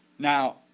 Now